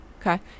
okay